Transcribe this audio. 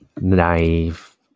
naive